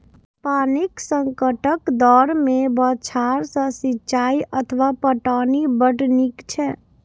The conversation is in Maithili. पानिक संकटक दौर मे बौछार सं सिंचाइ अथवा पटौनी बड़ नीक छै